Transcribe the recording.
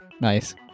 Nice